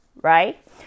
right